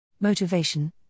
Motivation